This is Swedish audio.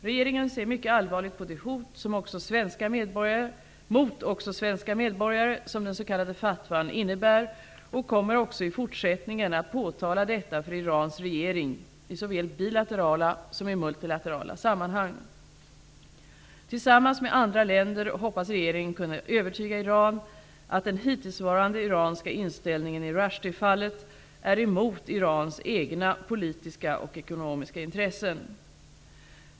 Regeringen ser mycket allvarligt på det hot mot också svenska medborgare som den s.k. fatwan innebär, och kommer också i fortsättningen att påtala detta för Irans regering, såväl i bilaterala som i multilaterala sammanhang. Tillsammans med andra länder hoppas regeringen kunna övertyga Iran att den hittillsvarande iranska inställningen i Rushdiefallet är emot Irans egna politiska och ekonomiska intressen.